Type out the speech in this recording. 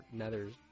nethers